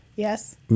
Yes